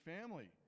family